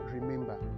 Remember